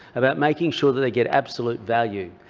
about making sure that they get absolute value,